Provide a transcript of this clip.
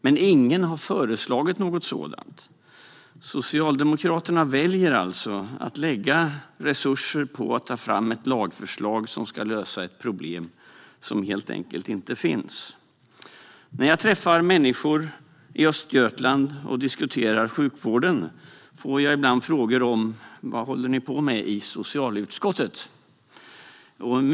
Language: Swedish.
Men ingen har föreslagit något sådant. Socialdemokraterna väljer alltså att lägga resurser på att ta fram ett lagförslag som ska lösa ett problem som helt enkelt inte finns. När jag träffar människor i Östergötland och diskuterar sjukvården får jag ibland frågor om vad vi i socialutskottet håller på med.